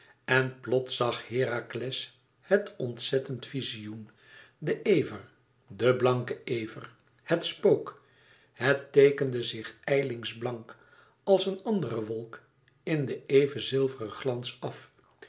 en plots zag herakles het ontzettend vizioen den ever den blanken ever het spook het teekende zich ijlig blank als een andere wolk in den even zilveren glans af